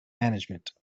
management